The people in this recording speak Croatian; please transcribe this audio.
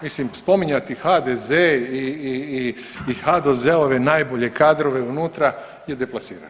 Mislim spominjati HDZ i HDZ-ove najbolje kadrove unutra je deplasirano.